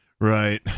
right